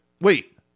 wait